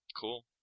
Cool